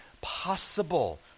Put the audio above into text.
possible